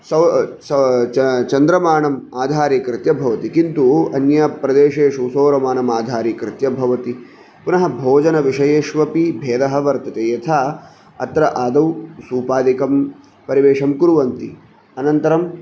सौ सौ च चन्द्रमानम् आधीरीकृत्य भवति किन्तु अन्यप्रदेशेषु सौरमानमाधारीकृत्य भवति पुनः भोजनविषयेष्वपि भेदः वर्तते यथा अत्र आदौ सूपादिकं परवेषं कुर्वन्ति अनन्तरं